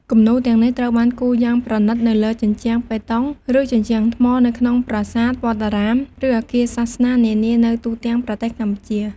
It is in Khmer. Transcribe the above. គំនូរទាំងនេះត្រូវបានគូរយ៉ាងប្រណិតនៅលើ ជញ្ជាំងបេតុង ឬជញ្ជាំងថ្ម នៅក្នុង ប្រាសាទ វត្តអារាម ឬអគារសាសនានានានៅទូទាំងប្រទេសកម្ពុជា។